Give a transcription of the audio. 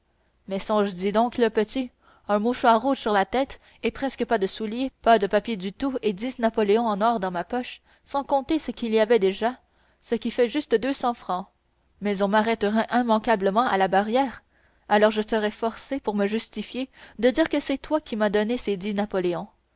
songes-y donc le petit un mouchoir rouge sur la tête presque pas de souliers pas de papier du tout et dix napoléons en or dans ma poche sans compter ce qu'il y avait déjà ce qui fait juste deux cents francs mais on m'arrêterait immanquablement à la barrière alors je serais forcé pour me justifier de dire que c'est toi qui m'as donné ces dix napoléons